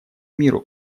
миру